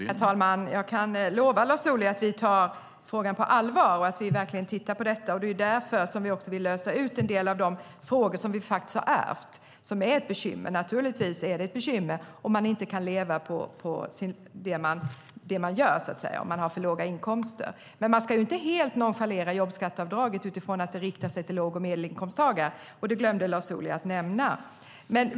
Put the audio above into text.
Herr talman! Jag kan lova Lars Ohly att vi tar frågan på allvar och att vi verkligen tittar på detta. Det är därför som vi också vill lösa ut en del av de frågor som vi faktiskt har ärvt, som är ett bekymmer. Naturligtvis är det ett bekymmer om man inte kan leva på det man gör, om man har för låga inkomster. Men vi ska inte helt nonchalera jobbskatteavdraget utifrån att det riktar sig till låg och medelinkomsttagare. Det glömde Lars Ohly att nämna.